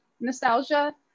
nostalgia